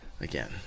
again